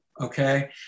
okay